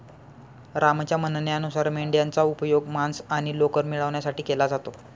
रामच्या म्हणण्यानुसार मेंढयांचा उपयोग मांस आणि लोकर मिळवण्यासाठी केला जातो